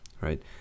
right